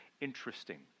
interesting